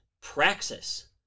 praxis